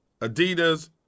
Adidas